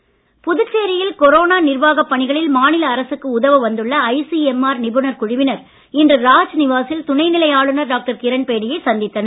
கிரண்பேடி புதுச்சேரியில் கொரோனா நிர்வாகப் பணிகளில் மாநில அரசுக்கு உதவ வந்துள்ள ஐசிஎம்ஆர் நிபுணர் குழுவினர் இன்று ராஜ்நிவாசில் துணை நிலை ஆளுநர் டாக்டர் கிரண்பேடியை சந்தித்தனர்